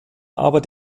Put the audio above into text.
aber